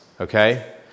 okay